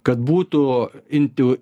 kad būtų intiu